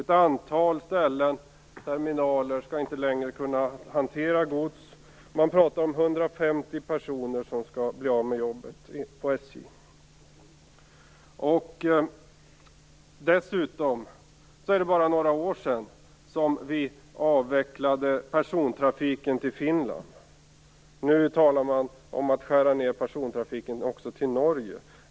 Ett antal terminaler skall inte längre kunna hantera gods. Man talar om att 150 personer kommer att bli av med jobbet inom SJ. Dessutom är det bara några år sedan vi avvecklade persontrafiken till Finland. Nu talar man om att skära ned persontrafiken också till Norge.